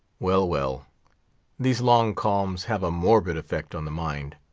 well, well these long calms have a morbid effect on the mind,